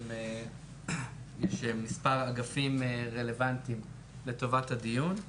יש מספר אגפים רלבנטיים לטובת הדיון,